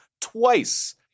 twice